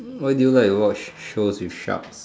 why do you like to watch shows with sharks